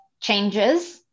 changes